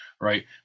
right